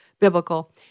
biblical